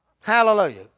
Hallelujah